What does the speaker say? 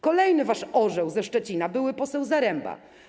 Kolejny wasz orzeł ze Szczecina, były poseł Zaremba.